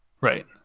Right